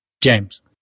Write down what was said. James